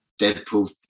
Deadpool